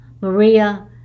Maria